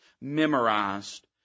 memorized